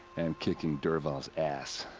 and kicking dervahl's ass!